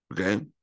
okay